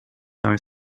are